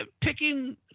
picking